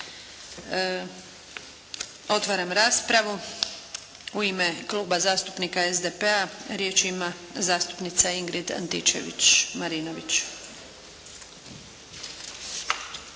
Otvaram raspravu. U ime kluba zastupnika SDP-a riječ ima zastupnica Ingrid Antičević-Marinović.